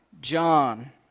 John